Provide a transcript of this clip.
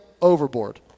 overboard